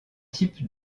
types